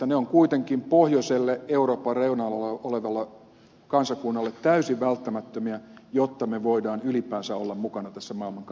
ne ovat kuitenkin pohjoiselle euroopan reunalla olevalle kansakunnalle täysin välttämättömiä jotta me voimme ylipäänsä olla mukana tässä maailman kanssakäymisessä